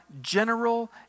general